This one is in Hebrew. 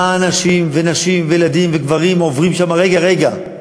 מה אנשים ונשים וילדים וגברים שם, רגע, רגע,